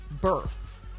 birth